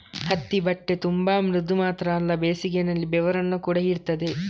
ಹತ್ತಿ ಬಟ್ಟೆ ತುಂಬಾ ಮೃದು ಮಾತ್ರ ಅಲ್ಲ ಬೇಸಿಗೆನಲ್ಲಿ ಬೆವರನ್ನ ಕೂಡಾ ಹೀರ್ತದೆ